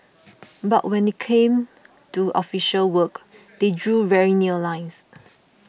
but when it came to official work they drew very near lines